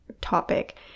topic